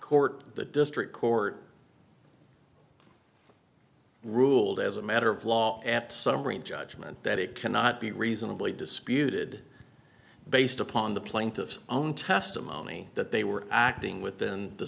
court the district court ruled as a matter of law at summary judgment that it cannot be reasonably disputed based upon the plaintiff's own testimony that they were acting within the